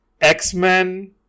X-Men